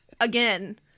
again